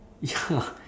ya